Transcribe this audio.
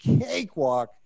cakewalk